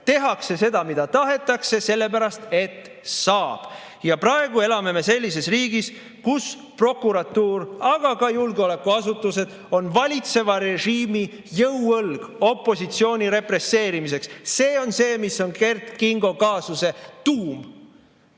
tehakse seda, mida tahetakse, sellepärast et saab. Ja praegu elame me sellises riigis, kus prokuratuur, aga ka julgeolekuasutused on valitseva režiimi jõuõlg opositsiooni represseerimiseks. See on see, mis on Kert Kingo kaasuse tuum.